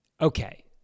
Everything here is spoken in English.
Okay